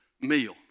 meal